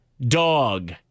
Dog